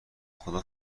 خدا